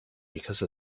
because